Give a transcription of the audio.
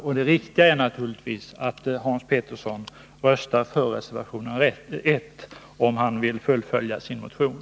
Och det riktiga är naturligtvis att Hans Petersson röstar för reservation 1 om han vill fullfölja sin motion.